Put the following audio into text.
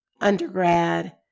undergrad